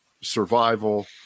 survival